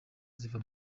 ziva